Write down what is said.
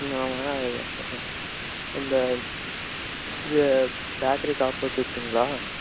ம் ஆமாம் இந்த இது பேக்கிரிக்கு ஆப்போஸிட்டுங்களா